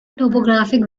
topographic